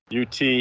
UT